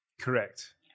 Correct